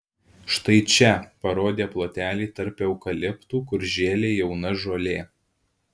štai čia parodė plotelį tarp eukaliptų kur žėlė jauna žolė